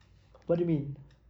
what do you mean